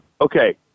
okay